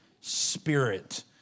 Spirit